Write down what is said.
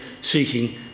seeking